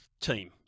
team